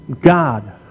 God